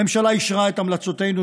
הממשלה אישרה את המלצותינו,